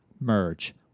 merge